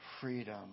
freedom